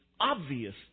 obvious